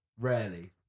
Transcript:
Rarely